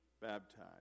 baptized